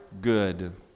Good